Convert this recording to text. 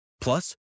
Plus